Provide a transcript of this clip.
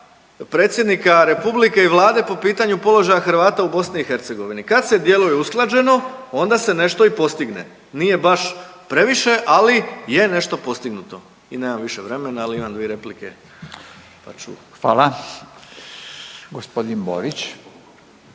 predsjednika republike i Vlade po pitanju položaja Hrvata u BiH. Kad se djeluje usklađeno, onda se nešto i postigne. Nije baš previše, ali je nešto postignuto. I nemam više vremena, ali imam dvije replike pa ću…